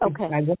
okay